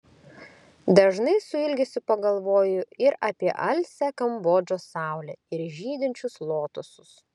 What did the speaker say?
dažnai su ilgesiu pagalvoju ir apie alsią kambodžos saulę ir žydinčius lotosus